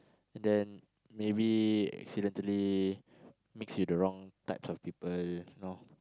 and then maybe accidentally mix with the wrong types of people you know